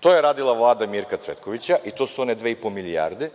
To je radila Vlada Mirka Cvetkovića i to su one dve i po milijarde